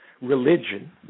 religion